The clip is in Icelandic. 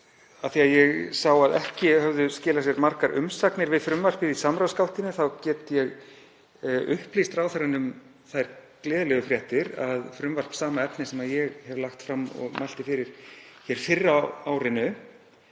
að ég sá að ekki höfðu skilað sér margar umsagnir við frumvarpið í samráðsgáttinni get ég upplýst ráðherrann um þær gleðilegu fréttir að frumvarp sama efnis sem ég lagði fram og mælti fyrir fyrr á árinu